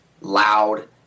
loud